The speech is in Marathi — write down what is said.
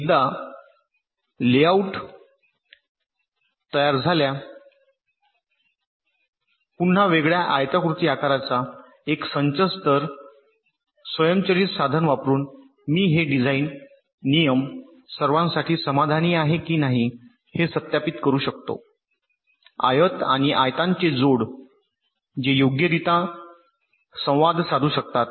एकदा लेआउट तयार झाल्या म्हणजे पुन्हा वेगळ्या आयताकृती आकारांचा एक संच थर तर स्वयंचलित साधन वापरून मी हे डिझाइन नियम सर्वांसाठी समाधानी आहे की नाही हे सत्यापित करू शकतो आयत आणि आयताचे जोड जे योग्यरित्या संवाद साधू शकतात